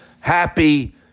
happy